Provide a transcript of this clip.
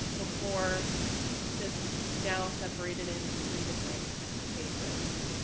before just now separated into three different pages.